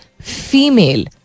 female